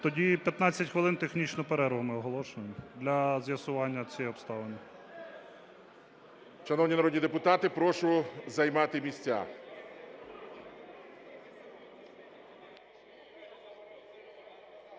Тоді 15 хвилин технічну перерву ми оголошуємо для з'ясування цієї обставини.